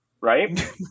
right